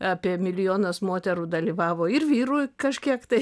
apie milijonas moterų dalyvavo ir vyrų kažkiek tai